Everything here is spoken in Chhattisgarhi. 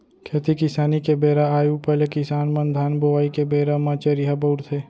खेती किसानी के बेरा आय ऊपर ले किसान मन धान बोवई के बेरा म चरिहा बउरथे